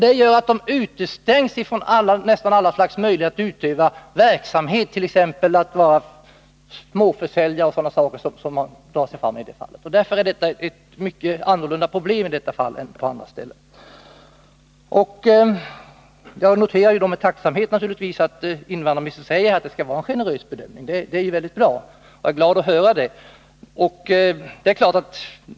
Det gör att de utestängs från praktiskt taget alla möjligheter att utöva verksamhet, t.ex. att vara småförsäljare eller någonting liknande för att dra sig fram. Därför är detta ett större problem här än på andra håll. Jag noterar naturligtvis med tacksamhet att invandrarministern säger att det skall vara en generös bedömning. Det är väldigt bra, och jag är glad att höra det.